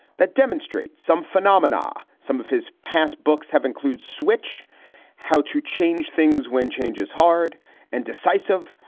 that demonstrate some phenomena. some of his past books have include switch how to change things when change is hard and decisive,